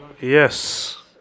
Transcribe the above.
Yes